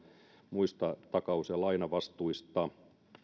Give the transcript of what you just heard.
ja muista takaus ja lainavastuista